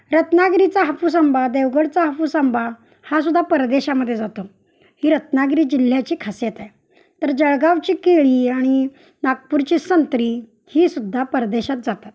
रत्नागिरीचा हापूस आंबा देवगडचा हापूस आंबाा हा सद्धा परदेशामध्ये जातो ही रत्नागिरी जिल्ह्याची खासियत आहे तर जळगावची केळी आणि नागपूरची संत्री ही सुद्धा परदेशात जातात